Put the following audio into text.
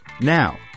Now